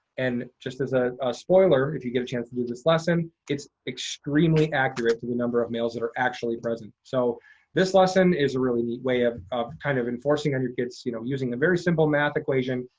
and just as a spoiler, if you get chance to do this lesson, it's extremely accurate to the number of males that are actually present. so this lesson is a really neat way of of kind of enforcing on your kids, you know, using a very simple math equation,